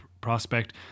prospect